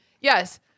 Yes